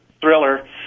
thriller